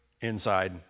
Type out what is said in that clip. inside